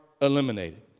eliminated